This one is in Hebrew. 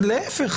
להפך.